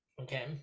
Okay